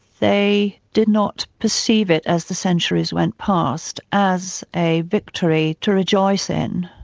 they did not perceive it as the centuries went past, as a victory to rejoice in.